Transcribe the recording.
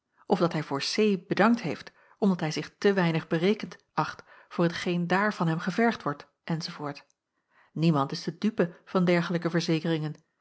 of dat hij voor c bedankt heeft omdat hij zich te weinig berekend acht voor hetgeen daar van hem gevergd wordt enz niemand is de dupe van dergelijke verzekeringen